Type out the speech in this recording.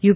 you